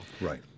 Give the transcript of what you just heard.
Right